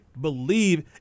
believe